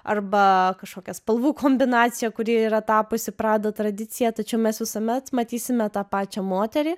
arba kažkokias spalvų kombinaciją kuri yra tapusi prada tradicija tačiau mes visuomet matysime tą pačią moterį